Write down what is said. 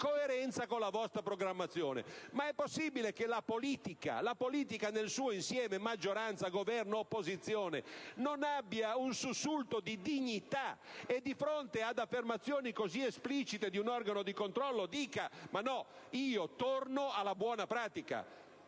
coerenza con la vostra programmazione. Ma è possibile che la politica (la politica nel suo insieme, maggioranza, Governo e opposizione) non abbia un sussulto di dignità, e di fronte ad affermazioni così esplicite di un organo di controllo, non dica: «ma no, io torno alla buona pratica»?